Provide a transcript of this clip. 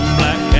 black